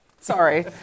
Sorry